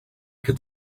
could